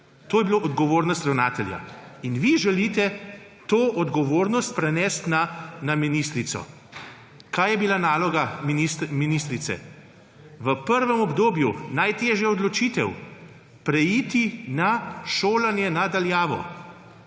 To je bila odgovornost ravnatelja. In vi želite to odgovornost prenesti na ministrico. Kaj je bila naloga ministrice? V prvem obdobju najtežja odločitev – preiti na šolanje na daljavo.